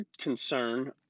concern